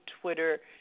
Twitter